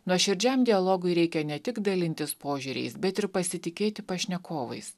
nuoširdžiam dialogui reikia ne tik dalintis požiūriais bet ir pasitikėti pašnekovais